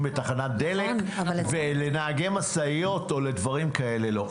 בתחנת דלק ולנהגי משאיות ולדברים כאלה לא.